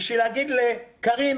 בשביל להגיד: קארין,